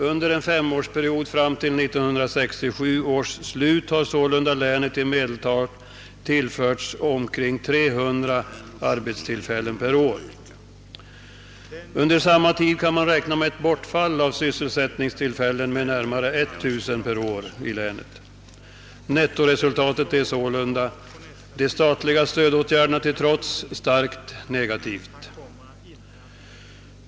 Under en femårsperiod, fram till 1967 års slut, har sålunda länet i medeltal tillförts omkring 300 arbetstillfällen per år. Under samma tid kan man räkna med ett bortfall av sysselsättningstillfällen med närmare 1000 de statliga stödåtgärderna till trots, starkt negativt.